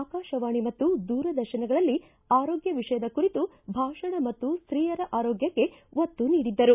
ಆಕಾಶವಾಣಿ ಮತ್ತು ದೂರದರ್ಶನಗಳಲ್ಲಿ ಆರೋಗ್ಯ ವಿಷಯದ ಕುರಿತು ಭಾಷಣ ಮತ್ತು ಸ್ತೀಯರ ಆರೋಗ್ಣಕ್ಕೆ ಒತ್ತು ನೀಡಿದ್ದರು